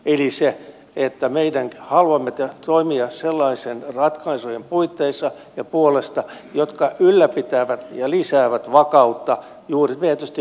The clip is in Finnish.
se että me haluamme toimia sellaisten ratkaisujen puitteissa ja puolesta jotka ylläpitävät ja lisäävät vakautta tietysti juuri meidän lähiympäristössämme